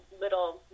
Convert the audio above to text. little